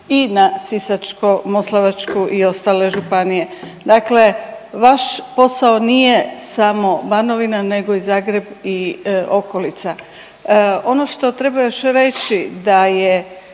i na Sisačko-moslavačku i ostale županije. Dakle, vaš posao nije samo Banovina, nego i Zagreb i okolica. Ono što treba još reći da je